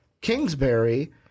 Kingsbury